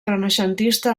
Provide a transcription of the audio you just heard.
renaixentista